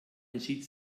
entschied